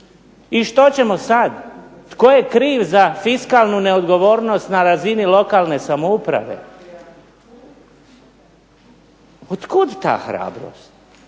I što ćemo sad? Tko je kriv za fiskalnu neodgovornost na razini lokalne samouprave? Od kud ta hrabrost?